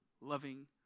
loving